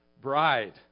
bride